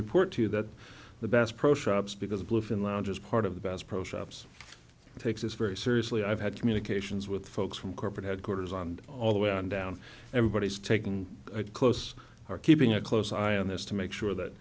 report to you that the bass pro shops because bluefin lounge is part of the best pro shops takes this very seriously i've had communications with folks from corporate headquarters on all the way on down everybody's taking a close are keeping a close eye on this to make sure that